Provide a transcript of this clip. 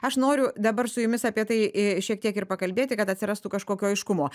aš noriu dabar su jumis apie tai šiek tiek ir pakalbėti kad atsirastų kažkokio aiškumo